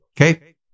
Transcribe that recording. okay